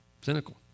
Cynical